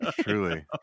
truly